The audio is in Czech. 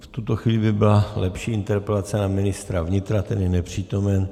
V tuto chvíli by byla lepší interpelace na ministra vnitra, ten je nepřítomen.